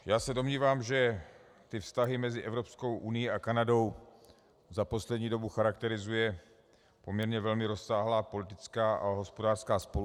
Já se domnívám, že vztahy mezi Evropskou unií a Kanadou za poslední dobu charakterizuje poměrně velmi rozsáhlá politická a hospodářská spolupráce.